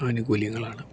ആനുകൂല്യങ്ങളാണ്